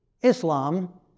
Islam